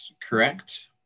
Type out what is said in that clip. correct